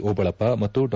ಓಬಳಪ್ಪ ಮತ್ತು ಡಾ